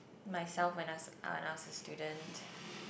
myself when us I was a student